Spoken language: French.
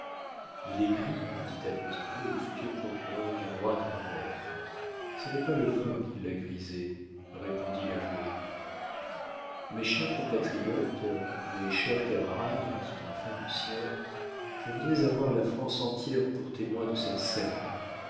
il est gris dit à petit claud le futur procureur du roi de nevers ce n'est pas le vin qui l'a grisé répondit l'avoué mes chers compatriotes mes chers camarades dit enfin lucien je voudrais avoir la france entière pour témoin de cette scène